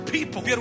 people